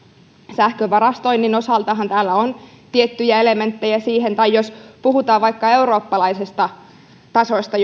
sähkön varastoinnin osaltahan täällä on tiettyjä elementtejä siihen tai jos puhutaan vaikka eurooppalaisista tasoista